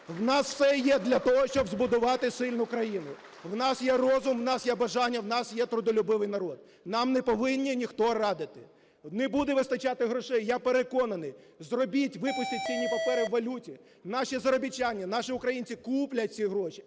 В нас все є для того, щоб збудувати сильну країну. В нас є розум, в нас є бажання, в нас є трудолюбивий народ. Нам не повинні ніхто радити. Не буде вистачати грошей? Я переконаний, зробіть, випустіть цінні папери в валюті, наші заробітчани, наші українці куплять ці цінні